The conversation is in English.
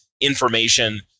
information